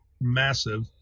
massive